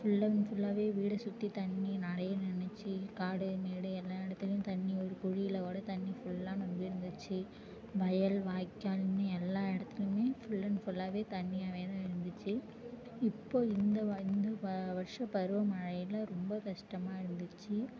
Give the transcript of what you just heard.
full and ஃபுல்லாகவே வீட்ட சுற்றி தண்ணி நிறைய நின்னுச்சு காடு மேடு எல்லா இடத்துலியும் தண்ணி ஒரு குழியில் ஓடை தண்ணி ஃபுல்லாக ரொம்பி இருந்துச்சு வயல் வாய்க்காலுமே எல்லா இடத்துலியுமே ஃபுல் அண்ட் ஃபுல்லாகவே தண்ணியாகவே தான் இருந்துச்சு இப்போது இந்த வ இந்த வ வருஷம் பருவ மழையில் ரொம்ப கஷ்டமாக இருந்துச்சு